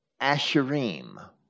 Asherim